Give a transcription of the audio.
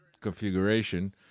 configuration